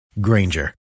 Granger